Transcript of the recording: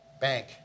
bank